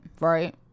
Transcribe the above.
right